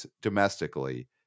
domestically